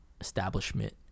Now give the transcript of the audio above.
establishment